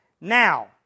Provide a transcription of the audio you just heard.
Now